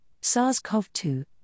SARS-CoV-2